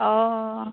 অঁ